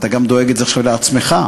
אתה גם דואג עכשיו לעצמך.